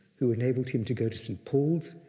who enabled him to go to st. paul's.